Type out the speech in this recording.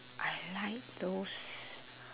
I like those